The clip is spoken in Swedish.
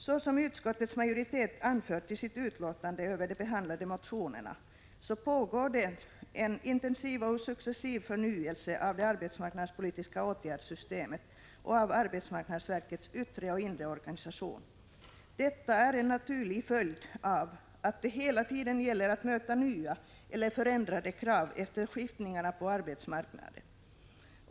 Som utskottets majoritet har anfört i sitt utlåtande över de behandlade motionerna pågår det en intensiv och successiv förnyelse av det arbetsmarknadspolitiska åtgärdssystemet och av arbetsmarknadsverkets yttre och inre organisation. Detta är en naturlig följd av att det hela tiden gäller att möta nya eller förändrade krav efter skiftningarna på arbetsmarknaden.